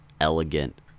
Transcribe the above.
elegant